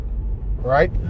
right